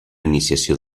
iniciació